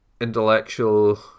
intellectual